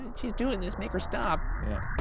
and she's doing this, make her stop. yeah.